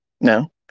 No